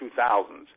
2000s